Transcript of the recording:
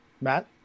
Matt